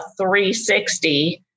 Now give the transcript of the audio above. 360